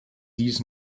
dies